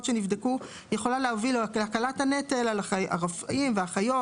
שנבדקו יכולה להביא להקלת הנטל על הרופאים והאחיות,